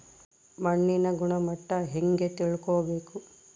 ಮಣ್ಣಿನ ಗುಣಮಟ್ಟ ಹೆಂಗೆ ತಿಳ್ಕೊಬೇಕು?